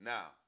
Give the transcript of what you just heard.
Now